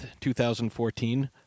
2014